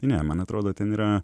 ne man atrodo ten yra